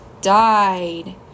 died